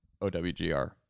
OWGR